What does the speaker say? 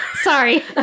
Sorry